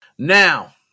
Now